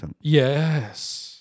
Yes